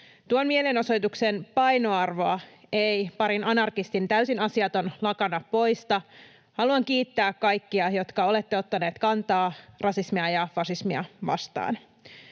Tuon mielenosoituksen painoarvoa ei parin anarkistin täysin asiaton lakana poista. Haluan kiittää kaikkia, jotka olette ottaneet kantaa rasismia ja fasismia vastaan,